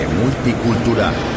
multicultural